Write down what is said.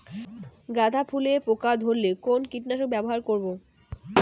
গাদা ফুলে পোকা ধরলে কোন কীটনাশক ব্যবহার করব?